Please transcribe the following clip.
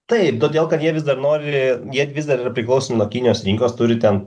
taip todėl kad jie vis dar nori jie vis dar yra priklausomi nuo kinijos rinkos turi ten